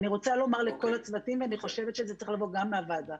אני רוצה לומר לכל הצוותים ואני חושבת שזה צריך לבוא גם מהוועדה.